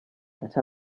that